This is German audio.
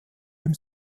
dem